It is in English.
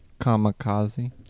kamikaze